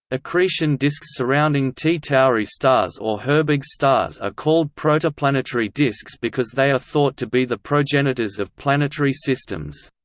accretion disks surrounding t tauri stars or herbig stars are called protoplanetary disks because they are thought to be the progenitors of planetary systems.